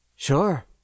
Sure